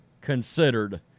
considered